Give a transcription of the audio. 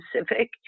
specific